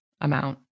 amount